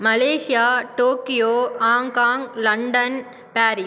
Malaysia Tokyo Hong Kong London Paris